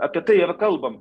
apie tai ir kalbame